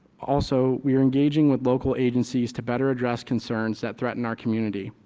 also we are engaging with local agencies to better address concerns that threaten our community.